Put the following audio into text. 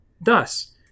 Thus